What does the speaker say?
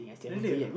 really ah